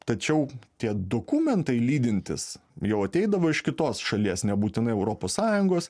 tačiau tie dokumentai lydintys jau ateidavo iš kitos šalies nebūtinai europos sąjungos